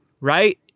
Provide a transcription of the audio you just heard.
right